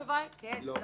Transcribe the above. התשובה היא לא.